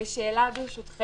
התקהלות.